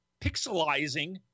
pixelizing